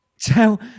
tell